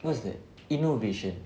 what's that innovation